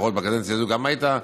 לפחות בקדנציה הזאת היית,